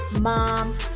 mom